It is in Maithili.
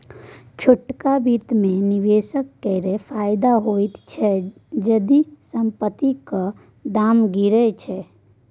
छोटका बित्त मे निबेशक केँ फायदा होइ छै जदि संपतिक दाम गिरय छै